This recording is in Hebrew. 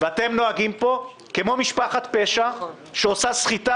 ואתם נוהגים פה כמו משפחת פשע שעושה סחיטה